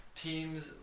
teams